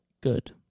good